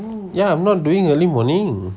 yeah I'm not doing early morning